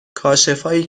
کاشفایی